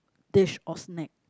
dish or snack